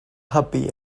hybu